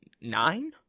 nine